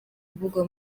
kuvugwa